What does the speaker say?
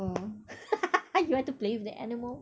you want to play with the animal